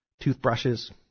Toothbrushes